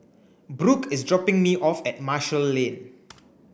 Brook is dropping me off at Marshall Lane